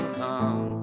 come